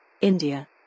India